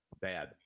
bad